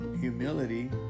humility